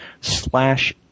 slash